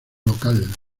local